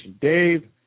Dave